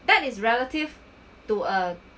that is relative to uh